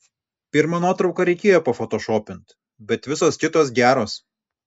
pirmą nuotrauką reikėjo pafotošopint bet visos kitos geros